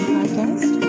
podcast